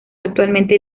actualmente